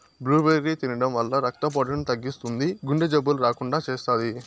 blueberry తినడం వల్ల రక్త పోటును తగ్గిస్తుంది, గుండె జబ్బులు రాకుండా చేస్తాది